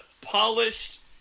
polished –